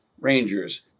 Rangers